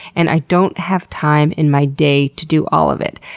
and i don't have time in my day to do all of it.